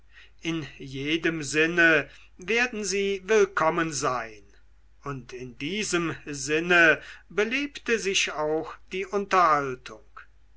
in jedem sinne werden sie willkommen sein und in diesem sinne belebte sich auch die unterhaltung